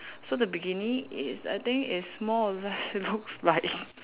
so the bikini is I think is more or less looks like